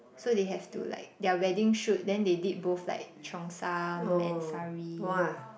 so they have to like their wedding shoot then they did both like cheongsam and sari